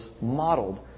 modeled